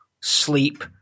sleep